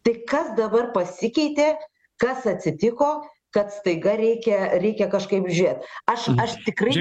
tai kas dabar pasikeitė kas atsitiko kad staiga reikia reikia kažkaip žiūrėt aš aš tikrai